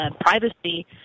privacy